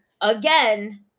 again